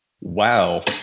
Wow